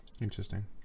Interesting